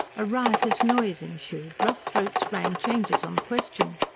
a riotous noise ensued rough throats rang changes on the question.